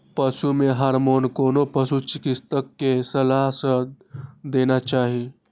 पशु मे हार्मोन कोनो पशु चिकित्सक के सलाह सं देना चाही